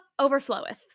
overfloweth